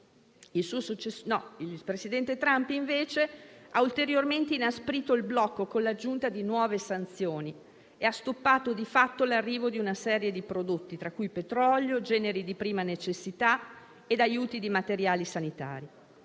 al Senato. Il presidente Trump, invece, ha ulteriormente inasprito il blocco con l'aggiunta di nuove sanzioni e ha stoppato di fatto l'arrivo di una serie di prodotti, tra cui petrolio, generi di prima necessità e materiali sanitari.